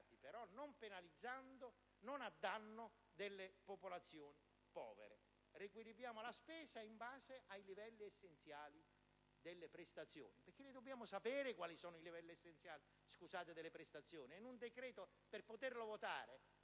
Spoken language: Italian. non penalizzando, non a danno delle popolazioni povere. Riequilibriamo, invece, la spesa in base ai livelli essenziali delle prestazioni. Perché noi dobbiamo sapere quali sono i livelli essenziali delle prestazioni,